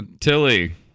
Tilly